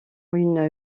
une